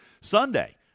Sunday